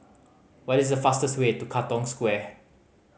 what is the fastest way to Katong Square